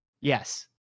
Yes